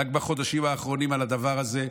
על הדבר הזה,